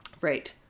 Right